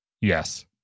Yes